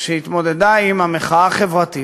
שהתמודדה עם המחאה החברתית,